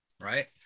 right